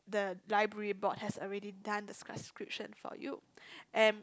the library board has already done the subscription for you and